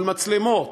מול מצלמות,